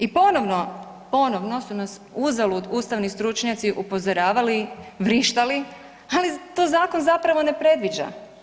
I ponovno, ponovno su nas uzalud ustavni stručnjaci upozoravali, vrištali, ali to zakon zapravo ne predviđa.